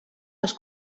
els